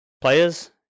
players